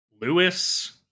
Lewis